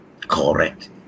Correct